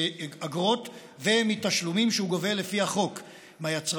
מאגרות ומתשלומים שהוא גובה לפי החוק מהיצרנים,